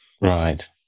Right